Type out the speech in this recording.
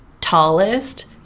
tallest